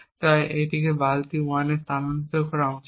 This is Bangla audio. এবং তাই এটিকে বালতি 1 এ স্থানান্তরিত করা উচিত